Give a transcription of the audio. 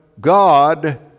God